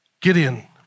Gideon